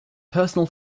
personal